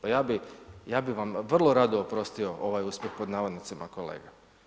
Pa ja bi, ja bi vam vrlo rado oprostio ovaj uspjeh, pod navodnicima, kolega.